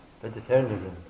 Vegetarianism